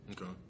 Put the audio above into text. Okay